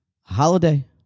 holiday